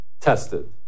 tested